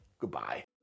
Goodbye